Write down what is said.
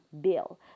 bill